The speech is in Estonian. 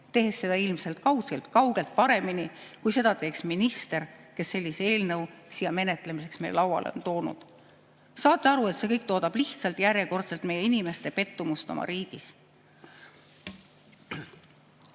tehes seda ilmselt kaugelt-kaugelt paremini, kui seda teeks minister, kes sellise eelnõu siia menetlemiseks meie lauale on toonud. Saate aru, et see kõik toodab lihtsalt järjekordselt meie inimeste pettumust oma riigis!